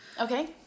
Okay